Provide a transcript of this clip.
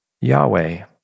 Yahweh